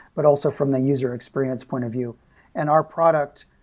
but also from the user experience point of view and our product,